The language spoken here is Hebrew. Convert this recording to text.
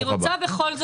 ברוך הבא.